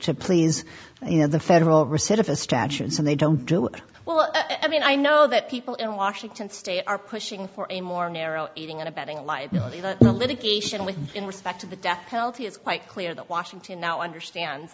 to please you know the federal recidivist statutes and they don't do it well i mean i know that people in washington state are pushing for a more narrow aiding and abetting liability litigation with respect to the death penalty it's quite clear that washington now understand